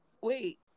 wait